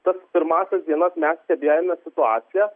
tas pirmąsias dienas mes stebėjome situaciją